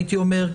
הייתי אומר,